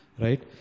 Right